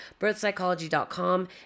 birthpsychology.com